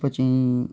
बच्चे ईं